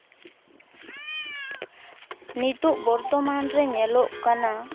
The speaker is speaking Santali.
ᱱᱤᱛᱳᱜ ᱵᱚᱨᱛᱚᱢᱟᱱ ᱨᱮ ᱧᱮᱞᱚᱜ ᱠᱟᱱᱟ